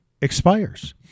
expires